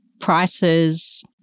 prices